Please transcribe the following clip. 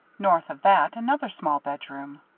north of that another small bedroom.